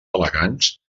elegants